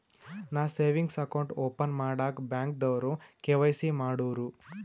ನಾ savings account open ಮಾಡಾಗ್ ಬ್ಯಾಂಕ್ದವ್ರು ಕೆ.ವೈ.ಸಿ ಮಾಡೂರು